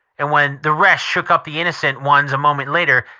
and when the rest shook up the innocent ones a moment later,